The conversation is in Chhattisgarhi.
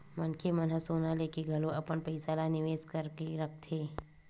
मनखे मन ह सोना लेके घलो अपन पइसा ल निवेस करके रखथे